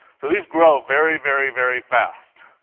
so these grow very, very, very fast,